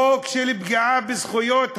חוק של פגיעה בזכויות האזרח,